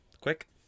quick